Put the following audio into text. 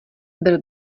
bych